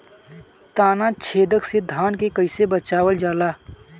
ताना छेदक से धान के कइसे बचावल जाला?